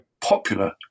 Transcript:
popular